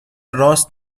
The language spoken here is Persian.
راست